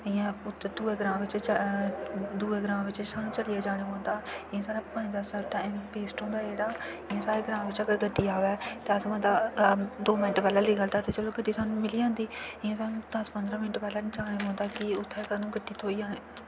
इ'यां दुए ग्रां बिच्च सानूं चलियै जाना पौंदा इ'यां साढ़ा पंद दस मिंट टाइम वेस्ट होंदा साढ़ा इ'यां साढ़े ग्रां बिच्च गड्डी अवै ते अस मतलब दो मिंट पैह्लें निकलचै ते सानूं गड्डी मिली जंदी इ'यां सानूं दस पंदरां मिंट पैह्लें जाना पौंदा कि उत्थै सानूं गड्डी थ्होई जानी